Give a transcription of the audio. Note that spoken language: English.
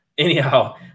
Anyhow